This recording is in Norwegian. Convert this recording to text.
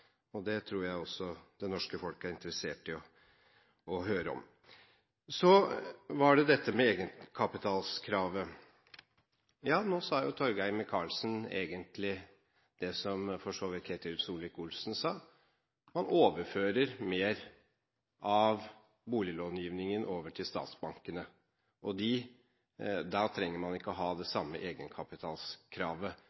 fakta. Det tror jeg også det norske folk er interessert i å høre om. Så var det dette med egenkapitalkravet. Ja, nå sa jo Torgeir Micaelsen egentlig det som Ketil Solvik-Olsen for så vidt sa: Man overfører mer av boliglångivningen til statsbankene, og da trenger man ikke ha det